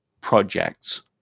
projects